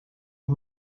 you